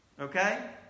Okay